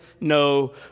no